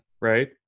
right